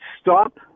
Stop